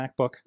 macbook